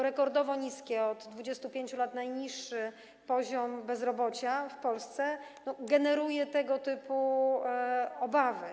Rekordowo niski, od 25 lat najniższy, poziom bezrobocia w Polsce generuje tego typu obawy.